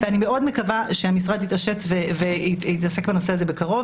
אני מאוד מקווה שהמשרד יתעשת ויתעסק בנושא הזה בקרוב